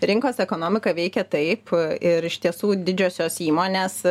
rinkos ekonomika veikia taip ir iš tiesų didžiosios įmonės